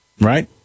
Right